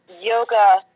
yoga